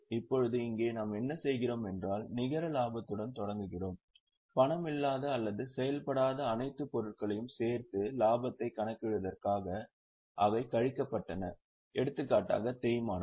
இப்போது இங்கே நாம் என்ன செய்கிறோம் என்றால் நிகர லாபத்துடன் தொடங்குகிறோம் பணமில்லாத அல்லது செயல்படாத அனைத்து பொருட்களையும் சேர்த்து இலாபத்தை கணக்கிடுவதற்காக அவை கழிக்கப்பட்டன எடுத்துக்காட்டாக தேய்மானம்